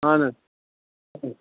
اَہَن حظ